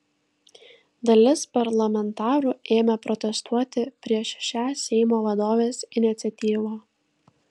dalis parlamentarų ėmė protestuoti prieš šią seimo vadovės iniciatyvą